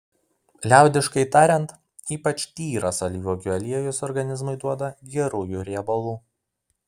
liaudiškai tariant ypač tyras alyvuogių aliejus organizmui duoda gerųjų riebalų